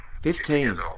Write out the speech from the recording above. Fifteen